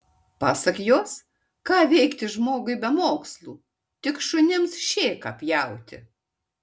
pasak jos ką veikti žmogui be mokslų tik šunims šėką pjauti